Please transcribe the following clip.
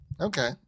Okay